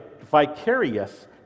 vicarious